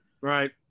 Right